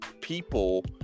people